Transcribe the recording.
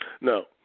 No